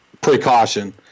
precaution